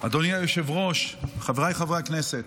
אדוני היושב-ראש, חבריי חברי הכנסת,